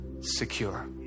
secure